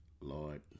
Lord